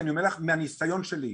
כי אני אומר לך את זה מהניסיון שלי.